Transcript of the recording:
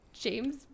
James